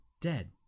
dead